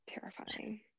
Terrifying